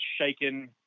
shaken